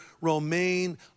Romaine